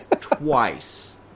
Twice